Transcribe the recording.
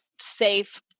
safe